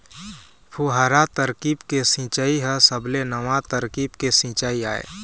फुहारा तरकीब के सिंचई ह सबले नवा तरकीब के सिंचई आय